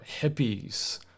hippies